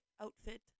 outfit